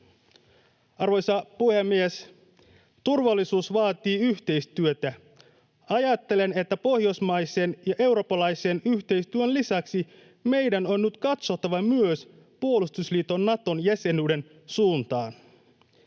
Arvoisa puhemies! Turvallisuus vaatii yhteistyötä. Ajattelen, että pohjoismaisen ja eurooppalaisen yhteistyön lisäksi meidän on nyt katsottava myös puolustusliitto Naton jäsenyyden suuntaan.